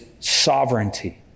sovereignty